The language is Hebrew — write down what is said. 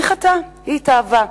היא חטאה, היא התאהבה.